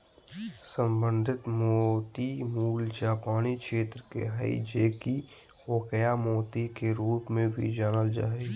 संवर्धित मोती मूल जापानी क्षेत्र के हइ जे कि अकोया मोती के रूप में भी जानल जा हइ